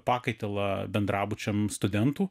pakaitalą bendrabučiam studentų